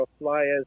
flyers